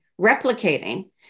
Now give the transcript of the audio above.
replicating